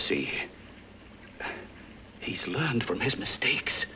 see he's learned from his mistakes